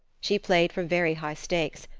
she played for very high stakes,